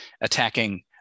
attacking